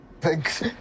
Thanks